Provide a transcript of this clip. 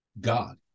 God